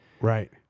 Right